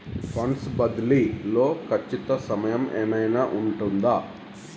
Funds బదిలీ లో ఖచ్చిత సమయం ఏమైనా ఉంటుందా?